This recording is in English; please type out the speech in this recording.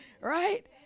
Right